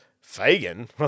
Fagin